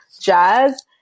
jazz